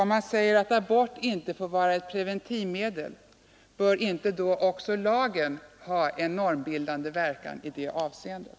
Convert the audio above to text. Om man säger att abort inte får vara preventivmedel, bör inte då också lagen ha en normbildande verkan i det avseendet?